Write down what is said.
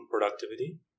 productivity